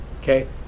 okay